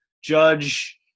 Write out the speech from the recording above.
Judge